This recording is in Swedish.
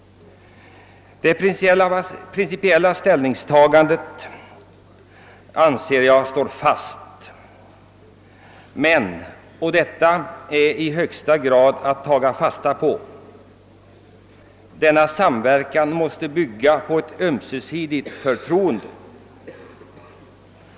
Detta mitt principiella ställningstagande står fast men — och detta måste man i högsta grad ta fasta på — samverkan måste bygga på ett ömsesidigt förtroende.